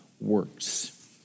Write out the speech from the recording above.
works